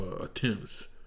attempts